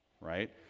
right